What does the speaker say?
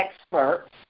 experts